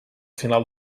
final